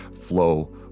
flow